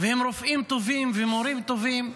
והם רופאים טובים ומורים טובים,